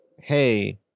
hey